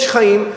יש חיים,